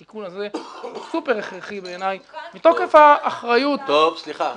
התיקון הזה הוא סופר הכרחי בעיניי מתוקף האחריות שלנו.